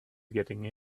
getting